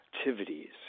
activities